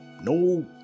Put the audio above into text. no